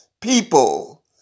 people